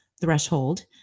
threshold